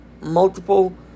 multiple